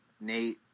Nate